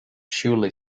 surely